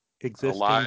existing